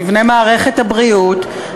מבנה מערכת הבריאות,